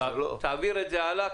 תעביר את זה הלאה,